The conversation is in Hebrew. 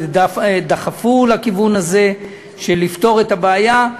ודחפו לכיוון הזה של פתרון הבעיה.